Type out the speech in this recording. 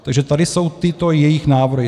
Takže tady jsou tyto jejich návrhy: